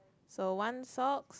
so one socks